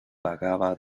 vagaba